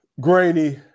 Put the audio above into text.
grainy